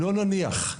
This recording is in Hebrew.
לא נניח,